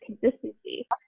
consistency